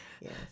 Yes